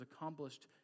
accomplished